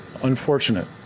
Unfortunate